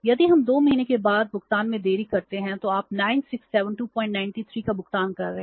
यदि हम 2 महीने के बाद भुगतान में देरी करते हैं तो आप 967293 का भुगतान कर रहे हैं